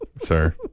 Sir